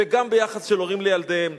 וגם ביחס של הורים לילדיהם.